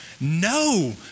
no